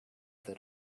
that